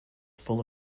full